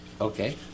Okay